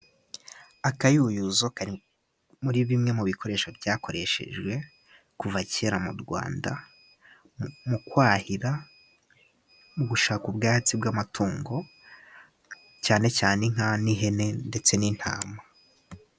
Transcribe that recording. Akayuyuzo kari muri bimwe mu bikoresho byakoreshejwe kuva kera mu Rwanda, mu kwahira gushaka ubwatsi bw'amatungo cyane cyane inka n'ihene ndetse n'intama.